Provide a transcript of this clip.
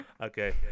Okay